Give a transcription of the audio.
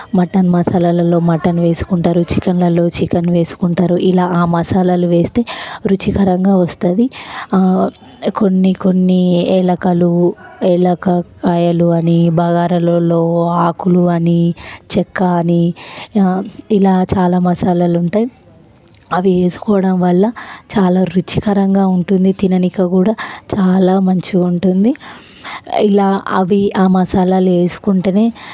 mutton మసాలాలలో mutton వేసుకుంటారు చికెన్లాలో చికెన్ వేసుకుంటారు ఇలా ఆ మసాలాలు వేస్తే రుచికరంగా వస్తుంది కొన్ని కొన్ని ఎలకలు ఎలక కాయలు అని బగారాలలో ఆకులు అని చెక్క అని ఇలా చాలా మసాలాలు ఉంటాయి అవి వేసుకోవడం వల్ల చాలా రుచికరంగా ఉంటుంది తినడానీకి కూడా చాలా మంచిగా ఉంటుంది ఇలా అవి ఆ మసాలాలు వేసుకుంటేనే